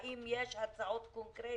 האם יש הצעות קונקרטיות